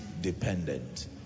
dependent